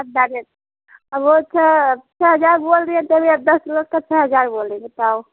अब जाने अब वो तो छ हजार बोल दिए तो ये दस लोग का छ हजार बोलेंगे बताओ